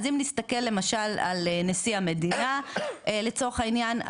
אז אם נסתכל למשל על נשיא המדינה לצורך העניין,